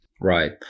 Right